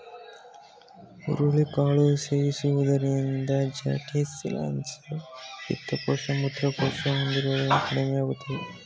ಹುರುಳಿ ಕಾಳು ಸೇವಿಸುವುದರಿಂದ ಜಾಂಡಿಸ್, ಅಲ್ಸರ್, ಪಿತ್ತಕೋಶ, ಮೂತ್ರಕೋಶದ ತೊಂದರೆಗಳು ಕಡಿಮೆಯಾಗುತ್ತದೆ